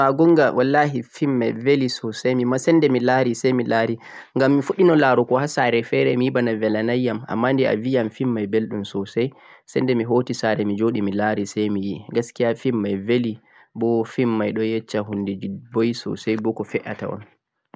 eh hala ma gonga wallahi film may beeli soosay mimmma say day mi laari say mi laari ngam mi fuɗɗi laarugo ha saare feere mi yi bana beella nay yam ammaan de abi yam film may belɗum soosay, say de mi hoti saare mi joɗi mi laari say mi yi 'gaskiya' film may beeli bo film may ɗo yecca huundeji boy soosay bo ko ɓe fe'ata un